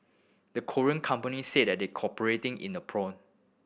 the Korean companies said they're cooperating in the probe